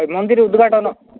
ମନ୍ଦିର ଉଦ୍ଘାଟନ